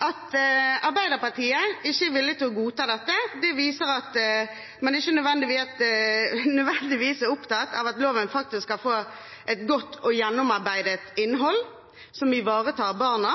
At Arbeiderpartiet ikke er villig til å godta dette, viser at man ikke nødvendigvis er opptatt av at loven skal få et godt og gjennomarbeidet innhold som ivaretar barna.